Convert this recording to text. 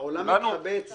העולם מתחבט.